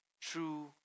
true